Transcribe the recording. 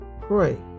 pray